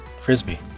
Frisbee